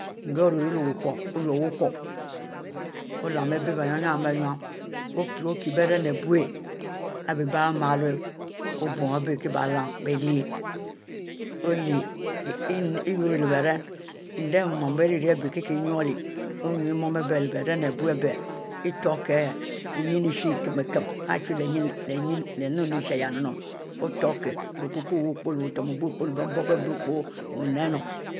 Endieh orieh-rie leh wu coieh olern oylieh arieh wu coieh endieh mumieh bie rieh iyunleleh berem abieh iutokieh ishekin kinieh otuekieh wuenn isheh ikin kin arichie leh muieh leh ishe yah yehnnu leh okukwo pie leh bietne pie